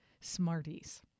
Smarties